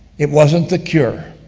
it wasn't the cure,